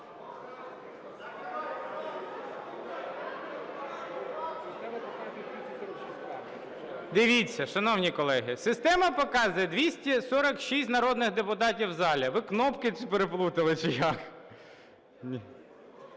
Дивіться, шановні колеги, система показує 246 народних депутатів в залі. Ви кнопки переплутали, чи як? А,